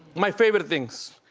my favorite things.